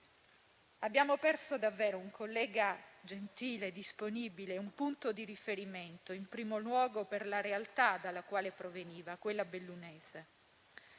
Abbiamo perso davvero un collega gentile, disponibile, un punto di riferimento, in primo luogo per la realtà dalla quale proveniva, quella bellunese.